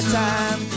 time